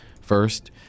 first